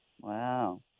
Wow